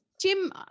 Jim